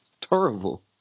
Terrible